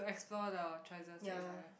explore the choices that you have